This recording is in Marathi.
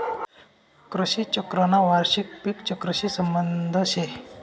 कृषी चक्रना वार्षिक पिक चक्रशी संबंध शे